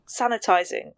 sanitizing